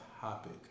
topic